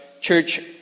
church